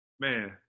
man